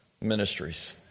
ministries